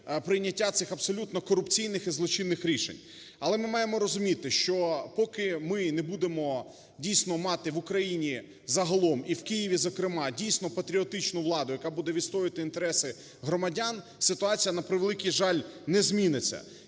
прийняття цих абсолютно корупційних і злочинних рішень. Але ми маємо розуміти, що поки ми не будемо, дійсно, мати в Україні загалом, і в Києві зокрема, дійсно патріотичну владу, яка буде відстоювати інтереси громадян, ситуація, на превеликий жаль, не зміниться.